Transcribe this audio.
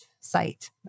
site